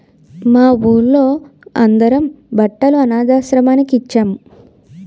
మా వూళ్ళో అందరం బట్టలు అనథాశ్రమానికి ఇచ్చేం